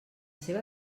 seva